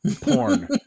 porn